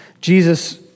Jesus